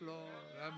Lord